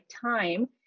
time